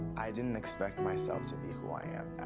i didn't expect myself to be who i am